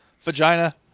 Vagina